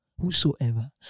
Whosoever